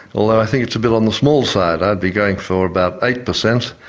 although i think it's a bit on the small side. i'd be going for about eight per cent,